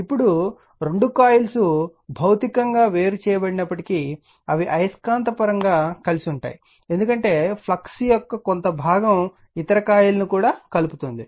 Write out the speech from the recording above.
ఇప్పుడు 2 కాయిల్స్ భౌతికంగా వేరు చేయబడినప్పటికీ అవి అయస్కాంత పరంగా కలిసి ఉంటాయి ఎందుకంటే ఫ్లక్స్ యొక్క కొంత భాగం ఇతర కాయిల్ను కూడా కలుపుతుంది